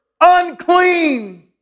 unclean